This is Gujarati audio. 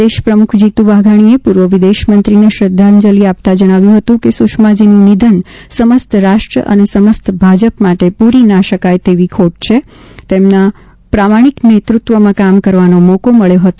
પ્રદેશ પ્રમુખ જીતુ વાઘાણીએ પૂર્વ વિદેશમંત્રીને શ્રદ્ધાંજલિ આપતા જણાવ્યું હતું કે સુષ્માજીનું નિધન સમસ્ત રાષ્ટ્ર અને સમસ્ત ભાજપ માટે પૂરીના શકાય તેવી ખોટ છે તેમના પ્રામાણિક નેતૃત્વમાં કામ કરવો મોકો મળ્યો હતો